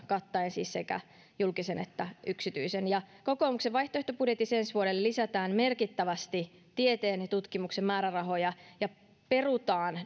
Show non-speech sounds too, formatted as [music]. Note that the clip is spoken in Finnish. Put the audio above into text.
kattaisi sekä julkisen että yksityisen kokoomuksen vaihtoehtobudjetissa ensi vuodelle lisätään merkittävästi tieteen ja tutkimuksen määrärahoja ja perutaan [unintelligible]